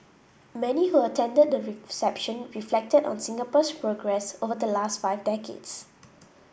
many who attended the reception reflected on Singapore's progress over the last five decades